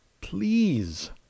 Please